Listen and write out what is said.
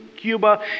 Cuba